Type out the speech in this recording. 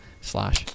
slash